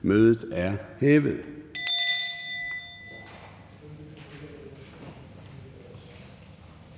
Mødet er hævet.